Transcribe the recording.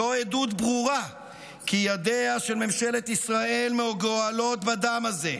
זו עדות ברורה לכך שידיה של ממשלת ישראל מגואלות בדם הזה,